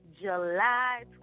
July